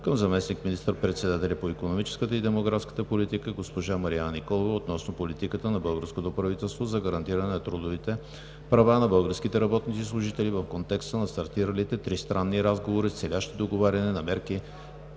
към заместник министър-председателя по икономическата и демографската политика госпожа Марияна Николова относно политиката на българското правителство за гарантиране на трудовите права на българските работници и служители в контекста на стартиралите тристранни разговори, целящи договаряне на мерки